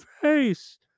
face